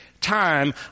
time